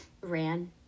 ran